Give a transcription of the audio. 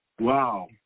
Wow